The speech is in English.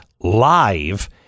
live